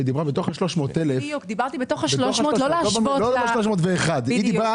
היא דיברה בתוך ה-300,000 שקל, לא על 301,000 שקל.